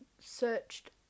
searched